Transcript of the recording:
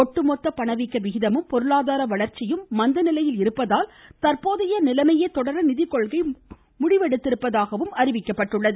ஒட்டுமொத்த பணவீக்க விகிதமும் பொருளாதார வளர்ச்சியும் மந்த நிலையில் இருப்பதால் தற்போதைய நிலைமையே தொடர நிதிக்கொள்கை குழு முடிவெடுத்திருப்பதாகவும் அறிவிக்கப்பட்டுள்ளது